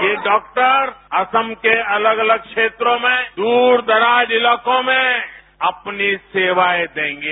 ये डॉक्टर असम के अलग अलग क्षेत्रों में दूर दराज इलाकों में अपनी सेवाएं देंगे